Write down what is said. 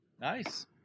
Nice